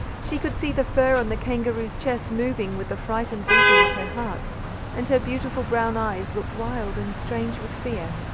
she could see the fur on the kangaroo's chest moving with the frightened beating of her heart and her beautiful brown eyes looked wild and strange with fear.